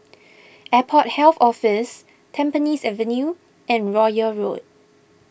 Airport Health Office Tampines Avenue and Royal Road